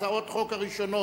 הצעות החוק הראשונות,